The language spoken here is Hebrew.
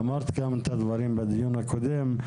אמרת גם את הדברים בדיון הקודם.